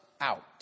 out